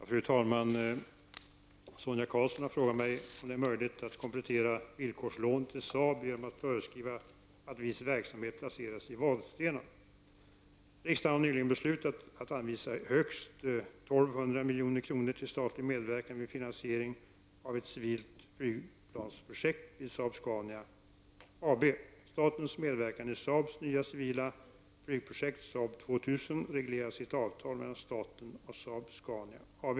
Fru talman! Sonia Karlsson har frågat mig och det är möjligt att komplettera villkorslånet till Saab genom att föreskriva att viss verksamhet placeras i Vadstena. Riksdagen har nyligen beslutat att anvisa högst 1200 milj.kr. till statlig medverkan vid finansiering av ett civilt flygplansprojekt vid Saab-Scania AB. Statens medverkan i Saabs nya civila flygprojekt SAAB 2000 regleras i ett avtal mellan staten och Saab-Scania AB.